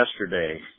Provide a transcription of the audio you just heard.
yesterday